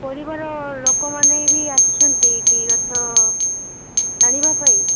ପରିବାର ଲୋକମାନେ ବି ଆସୁଛନ୍ତି ଏଇଠି ରଥ ଟାଣିବା ପାଇଁ